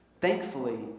Thankfully